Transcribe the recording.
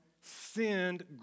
sinned